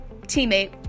teammate